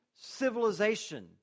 civilization